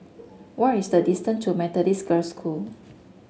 what is the distance to Methodist Girls' School